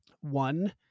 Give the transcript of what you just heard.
one